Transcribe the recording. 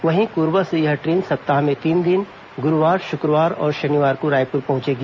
वहीं कोरबा से यह ट्रेन सप्ताह में तीन दिन गुरूवार शुक्रवार और शनिवार को रायपुर पहुंचेगी